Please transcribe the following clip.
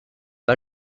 pas